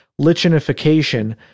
lichenification